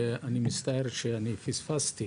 אני מצטער שאני פספסתי